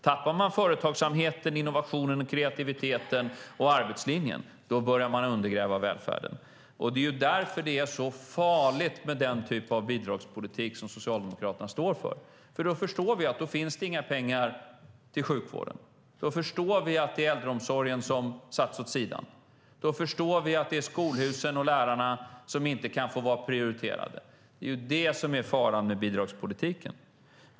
Tappar man företagsamheten, innovationen, kreativiteten och arbetslinjen börjar man undergräva välfärden. Det är därför som det är så farligt med den typ av bidragspolitik som Socialdemokraterna står för. Då förstår vi att det inte finns några pengar till sjukvården. Då förstår vi att det är äldreomsorgen som har satts åt sidan. Då förstår vi att det är skolhusen och lärarna som inte kan prioriteras. Det är det som är faran med bidragspolitiken.